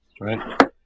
right